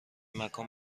مکان